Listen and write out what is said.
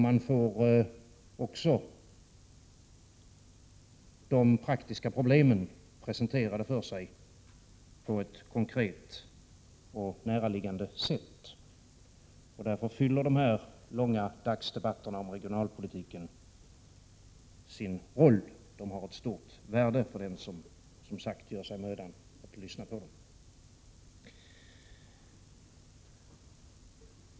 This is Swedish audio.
Man får också de praktiska problemen presenterade för sig på ett konkret och näraliggande sätt. Därför fyller den långa regionalpolitiska debatten sin funktion. Den har, som sagt, ett stort värde för den som gör sig mödan att lyssna till den.